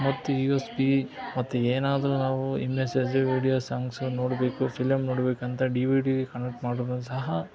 ಮತ್ತು U S B ಮತ್ತು ಏನಾದರೂ ನಾವು ವೀಡಿಯೋ ಸಾಂಗ್ಸ್ ನೋಡಬೇಕು ಫಿಲಮ್ ನೋಡಬೇಕಂತ ಡಿ ವಿ ಡಿ ಕನೆಕ್ಟ್ ಮಾಡಿದರೂ ಸಹ